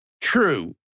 True